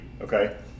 okay